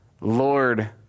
Lord